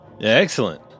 Excellent